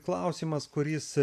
klausimas kuris